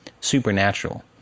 supernatural